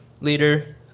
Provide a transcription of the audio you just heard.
leader